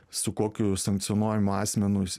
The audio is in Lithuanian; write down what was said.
su kokiu sankcionuojamu asmenu jis